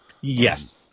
Yes